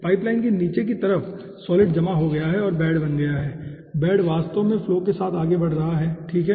pipe line के नीचे की तरफ सॉलिड जमा हो गया है और बेड बन गया है और बेड वास्तव में फ्लो के साथ आगे बढ़ रहा है ठीक है